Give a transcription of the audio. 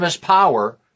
power